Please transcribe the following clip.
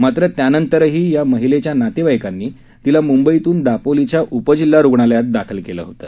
मात्र त्यानंतरही या महिलेच्या नातेवाईकांनी तिला मुंबईतून दापोलीच्या उपजिल्हा रुग्णालयात दाखल केलं होतं